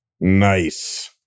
Nice